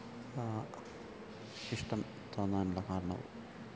ഇഷ്ടം തോന്നാനുള്ള കാരണവും